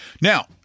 Now